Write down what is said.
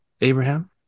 Abraham